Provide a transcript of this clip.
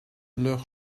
leur